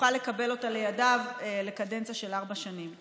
יוכל לקבל אותה לידיו לקדנציה של ארבע שנים.